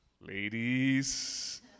Ladies